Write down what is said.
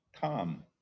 come